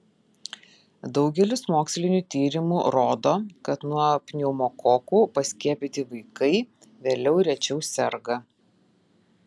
daugelis mokslinių tyrimų rodo kad nuo pneumokokų paskiepyti vaikai vėliau rečiau serga